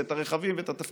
את הרכבים ואת התפקידים.